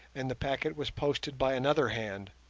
and the packet was posted by another hand